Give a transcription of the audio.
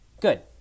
Good